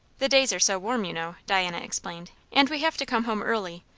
the days are so warm, you know, diana explained and we have to come home early.